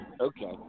Okay